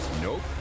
Nope